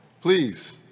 Please